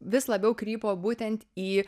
vis labiau krypo būtent į